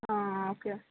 ಹಾಂ ಓಕೆ